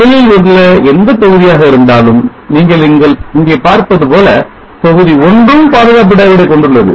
நிழலில் உள்ள எந்த தொகுதியாக இருந்தாலும் நீங்கள் இங்கே பார்ப்பதுபோல தொகுதி 1 ம் பாதுகாப்பு diode ஐ கொண்டுள்ளது